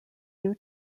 due